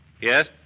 Yes